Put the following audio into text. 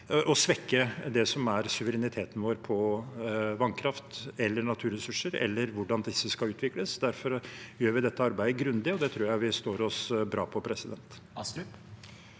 å svekke suvereniteten vår over vannkraft eller naturressurser eller over hvordan disse skal utvikles. Derfor gjør vi dette arbeidet grundig, og det tror jeg vi står oss bra på. Nikolai